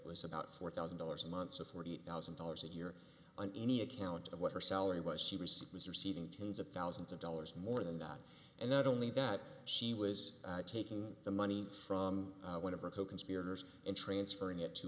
was about four thousand dollars a month so forty thousand dollars a year on any account of what her salary was she was it was receiving tens of thousands of dollars more than that and not only that she was taking the money from one of her coconspirators and transferring it to